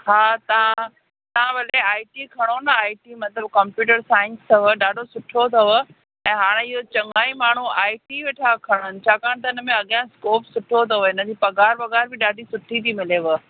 हा तव्हां तां भले आई टी खणो न आई टी मतलबु कॉम्प्यूटर साइंस अथव ॾाढो सुठो अथव ऐं हाणे इहो चङा ई माण्हू आई टी वेठा खणनि छाकाणि त हिन में अॻियां स्कोप सुठो अथव हिननि में पघारु वघारु बि ॾाढी सुठी थी मिलेव